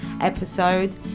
episode